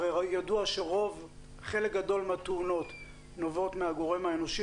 הרי ידוע שחלק גדול מהתאונות נובעות מהגורם האנושי.